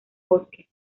bosque